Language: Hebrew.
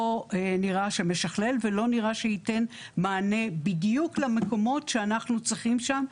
נראה שמכלל ולא נראה שייתן מענה בדיוק למקומות שאנחנו צריכים שם,